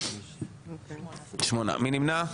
מי נמנע?